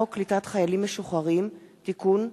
שחרור על-תנאי ממאסר (תיקון,